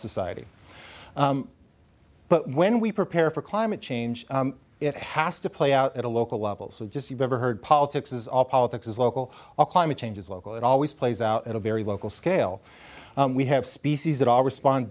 society but when we prepare for climate change it has to play out at a local level so just you've ever heard politics is all politics is local all climate change is local it always plays out at a very local scale we have species that all respond